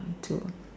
to